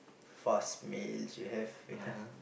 fast meals you have yeah